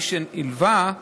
מי שהלווה,